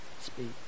Speak